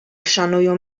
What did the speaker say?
szanują